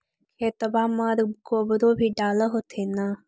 खेतबा मर गोबरो भी डाल होथिन न?